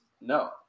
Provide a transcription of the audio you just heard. No